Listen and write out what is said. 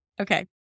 Okay